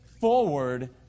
forward